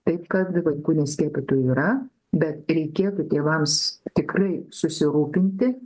taip kad vaikų neskiepytų yra bet reikėtų tėvams tikrai susirūpinti